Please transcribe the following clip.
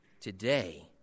today